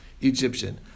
Egyptian